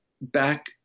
Back